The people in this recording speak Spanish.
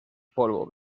polvo